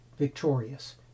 victorious